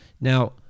Now